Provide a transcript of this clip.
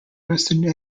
western